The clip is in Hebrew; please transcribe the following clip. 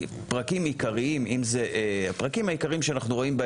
הפרקים העיקריים שאנחנו רואים,